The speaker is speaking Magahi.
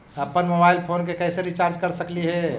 अप्पन मोबाईल फोन के कैसे रिचार्ज कर सकली हे?